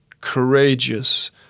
courageous